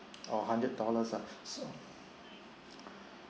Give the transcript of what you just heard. oh hundred dollars ah so